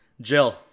Jill